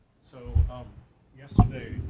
so yesterday,